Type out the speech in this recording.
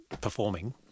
performing